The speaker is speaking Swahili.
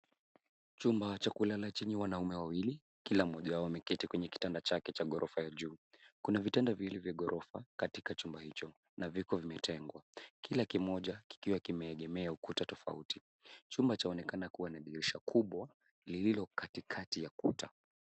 Chumba cha kulala chenye wanaume wawili kila mmoja wao ameketi kwenye kitanda chake cha ghorofa ya juu. Kuna vitanda viwili vya ghorofa katika chumba hicho na viko vimetengwa kila kimoja kikiwa kimeegemea ukuta tofauti. Chumba chaonekana kuwa na dirisha kubwa lililo katikati ya kuta.